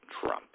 Trump